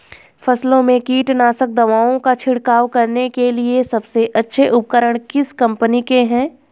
फसलों में कीटनाशक दवाओं का छिड़काव करने के लिए सबसे अच्छे उपकरण किस कंपनी के हैं?